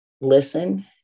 listen